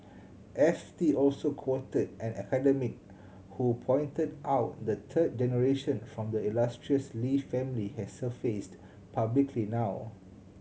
F T also quoted an academic who pointed out the third generation from the illustrious Lee family has surfaced publicly now